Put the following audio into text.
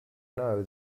know